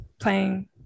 playing